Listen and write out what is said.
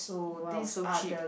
!wow! so cheap